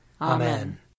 Amen